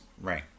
Right